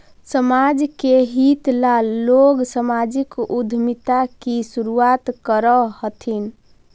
समाज के हित ला लोग सामाजिक उद्यमिता की शुरुआत करअ हथीन